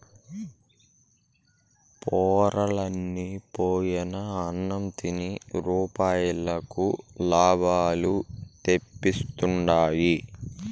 పొరలన్ని పోయిన అన్నం తిని యాపారులకు లాభాలు తెప్పిస్తుండారు